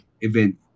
event